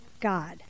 God